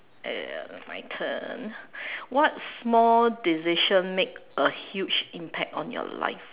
uh my turn what small decision made a huge impact on your life